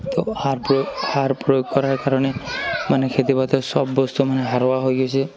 তো সাৰ প্ৰয়োগ সাৰ প্ৰয়োগ কৰাৰ কাৰণে মানে খেতিপথাৰত চব বস্তু মানে সাৰুৱা হৈ গৈছে